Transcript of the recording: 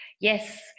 yes